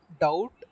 doubt